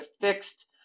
fixed